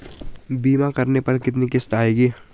बीमा करने पर कितनी किश्त आएगी?